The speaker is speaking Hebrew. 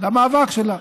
למאבק שלה.